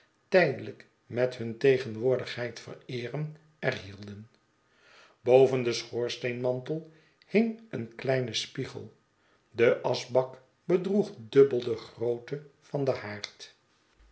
tijdelijk met hun tegenwoordigheid vereerden er hielden boven den schoorsteen mantel hing een kleine spiegel de aschbak bedroeg dubbel de grootte van den haard